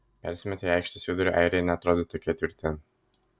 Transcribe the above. persimetę į aikštės vidurį airiai neatrodė tokie tvirti